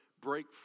break